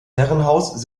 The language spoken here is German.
herrenhaus